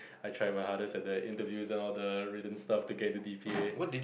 I try my hardest at the interviews and all the written stuff to get into D_P_A